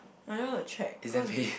I go to check because